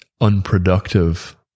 unproductive